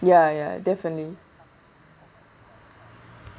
ya ya definitely